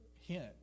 hint